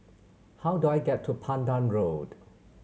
how do I get to Pandan Road